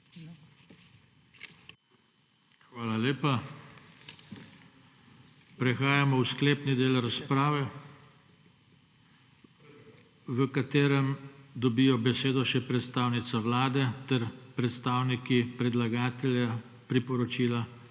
Hvala lepa. Prehajamo v sklepni del razprave, v katerem dobijo besedo še predstavnica vlade ter predstavniki predlagatelja priporočila,